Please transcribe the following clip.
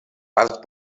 part